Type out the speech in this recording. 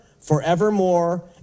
forevermore